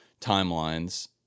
Timelines